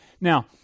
Now